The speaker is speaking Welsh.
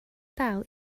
dal